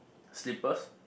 slippers